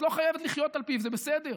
את לא חייבת לחיות על פיו, זה בסדר.